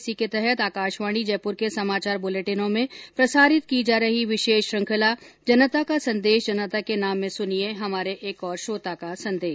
इसी के तहत आकाशवाणी जयपुर के समाचार बुलेटिनों में प्रसारित की जा रही विशेष श्रृंखला जनता का संदेश जनता के नाम में सुनिये हमारे एक और श्रोता का संदेश